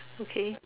okay